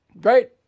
Great